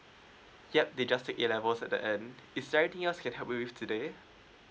yup they just take A level at the and is there anything else I can help you with today